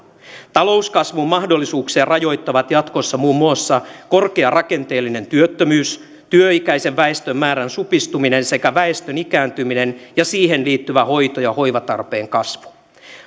talouskasvun mahdollisuuksia rajoittavat jatkossa muun muassa korkea rakenteellinen työttömyys työikäisen väestön määrän supistuminen sekä väestön ikääntyminen ja siihen liittyvä hoito ja hoivatarpeen kasvu